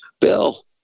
Bill